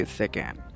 second